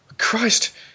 christ